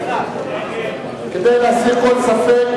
כדי להסיר כל ספק,